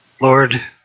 Lord